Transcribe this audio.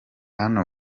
hano